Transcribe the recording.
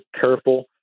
careful